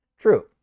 True